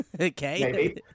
Okay